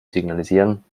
signalisieren